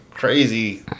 crazy